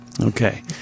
Okay